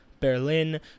Berlin